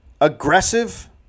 aggressive